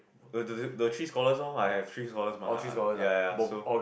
the the the three scholars loh I have three scholars mah ya ya so